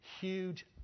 huge